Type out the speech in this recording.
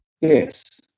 Yes